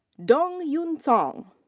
dong yoon song.